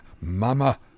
Mama